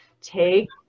Take